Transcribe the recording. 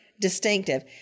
distinctive